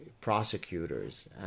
prosecutors